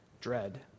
Dread